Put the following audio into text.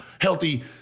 healthy